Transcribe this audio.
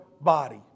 body